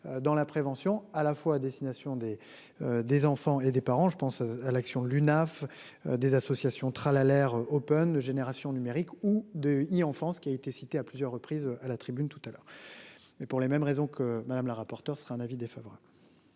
dans la prévention, à la fois à destination des. Des enfants et des parents, je pense à l'action de l'UNAF. Des associations Tralalère. Open de génération numérique ou de il en France qui a été cité à plusieurs reprises à la tribune tout à l'heure. Mais pour les mêmes raisons que Madame la rapporteure sera un avis défavorable.